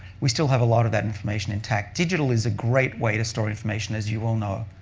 we still have a lot of that information intact. digital is a great way to store information, as you all know.